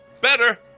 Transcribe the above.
Better